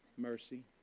Mercy